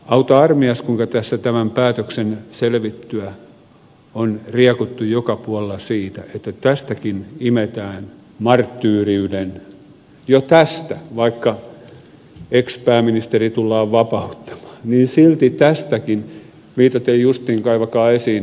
auta armias kuinka tässä tämän päätöksen selvittyä on riekuttu joka puolella siitä että tästäkin imetään marttyyriutta jo tästä vaikka ex pääministeri tullaan vapauttamaan silti tästäkin viitaten justiin kaivakaa esiin ed